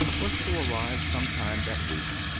was to arrive some time that week,